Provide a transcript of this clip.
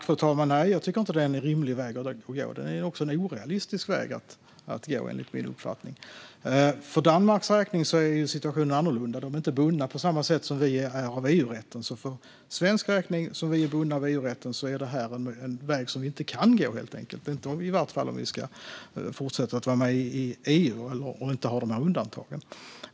Fru talman! Nej, jag tycker inte att det är en rimlig väg att gå. Det är också en orealistisk väg att gå, enligt min uppfattning. För Danmark är situationen annorlunda. De är inte bundna på samma sätt som vi är av EUrätten. För svensk del, där vi är bundna vid EU-rätten, är detta en väg som vi helt enkelt inte kan gå, i alla fall inte om vi ska fortsätta att vara med i EU och inte har dessa undantag.